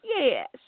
Yes